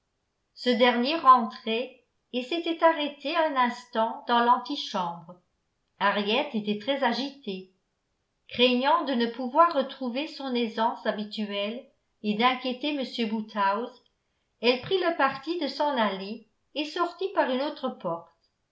ce dernier rentrait et s'était arrêté un instant dans l'antichambre henriette était très agitée craignant de ne pouvoir retrouver son aisance habituelle et d'inquiéter m woodhouse elle prit le parti de s'en aller et sortit par une autre porte